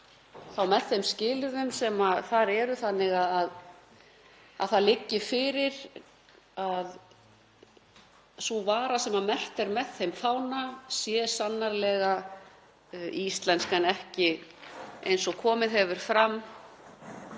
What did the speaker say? með þeim skilyrðum sem um það gilda þannig að það liggi fyrir að sú vara sem merkt er með þeim fána sé sannarlega íslensk en ekki, eins og komið hefur fram,